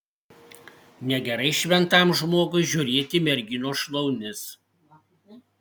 negerai šventam žmogui žiūrėti į merginos šlaunis